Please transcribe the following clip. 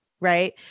Right